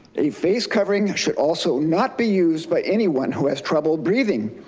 a face covering should also not be used by anyone who has trouble breathing.